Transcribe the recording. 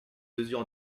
mesure